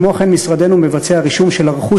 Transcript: כמו כן משרדנו מבצע רישום של הרכוש